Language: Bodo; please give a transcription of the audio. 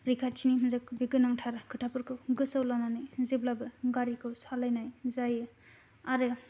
रैखाथिनि होनजा गोनांथार खोथाफोरखौ गोसोआव लानानै जेब्लाबो गारिखौ सालायनाय जायो आरो